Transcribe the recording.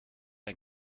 ein